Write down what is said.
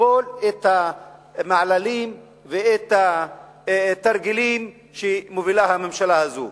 לסבול את המעללים ואת התרגילים שמובילה הממשלה הזאת,